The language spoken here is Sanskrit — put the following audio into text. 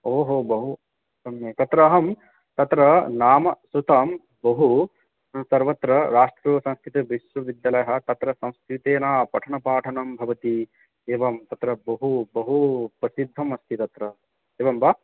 बहु सम्यक् अत्र अहं तत्र नाम श्रुतं बहु सर्वत्र राष्ट्रियसंस्कृतविश्वविद्यालयः तत्र संस्कृतेन पठनपाठनं भवति एवं तत्र बहु बहु प्रसिद्धमस्ति तत्र एवं वा